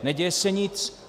Neděje se nic.